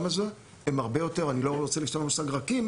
הזה הם הרבה יותר - אני לא רוצה להשתמש במושג רכים,